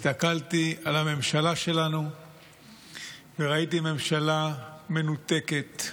הסתכלתי על הממשלה שלנו וראיתי ממשלה מנותקת,